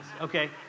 okay